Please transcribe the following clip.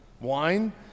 Wine